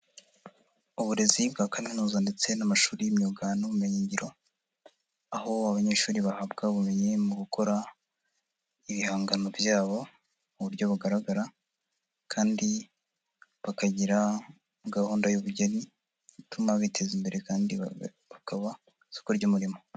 Uburezi bwa kaminuza ndetse n'amashuri y'imyuga n'ubumenyingiro aho abanyeshuri bahabwa ubumenyi mu gukora ibihangano byabo mu buryo bugaragara kandi bakagira gahunda y'ubugeni ituma biteza imbere kandi bakaba isoko ry'umurimo.